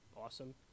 Awesome